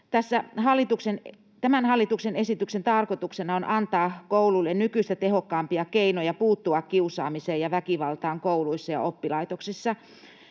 Tämän hallituksen esityksen tarkoituksena on antaa kouluille nykyistä tehokkaampia keinoja puuttua kiusaamiseen ja väkivaltaan kouluissa ja oppilaitoksissa.